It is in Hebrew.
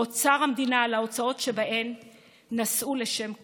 מאוצר המדינה על ההוצאות שבהן נשאו לשם כך.